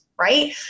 right